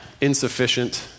insufficient